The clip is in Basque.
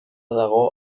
dago